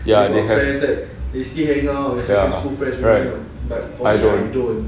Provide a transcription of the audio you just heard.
ya they have ya right but I don't